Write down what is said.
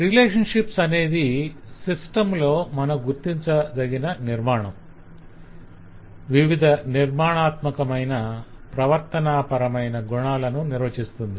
relationship అనేది system లో మనం గుర్తించదగిన నిర్మాణం వివిధ నిర్మాణాత్మకమైన ప్రవర్తనా పరమైన గుణాలను నిర్వచిస్తుంది